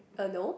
uh no